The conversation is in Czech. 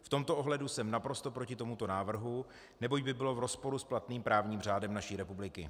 V tomto ohledu jsem naprosto proti tomuto návrhu, neboť by byl v rozporu s platným právním řádem naší republiky